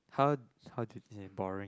how how do you think it's boring